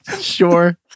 Sure